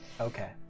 Okay